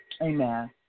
Amen